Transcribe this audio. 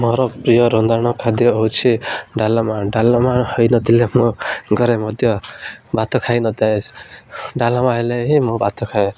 ମୋର ପ୍ରିୟ ରନ୍ଧଣା ଖାଦ୍ୟ ହେଉଛି ଡାଲମା ଡାଲମା ହୋଇନଥିଲେ ମୋ ଘରେ ମଧ୍ୟ ଭାତ ଖାଇନଥାଏ ଡାଲମା ହେଲେ ହିଁ ମୁଁ ଭାତ ଖାଏ